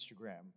Instagram